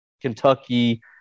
Kentucky